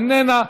איננה,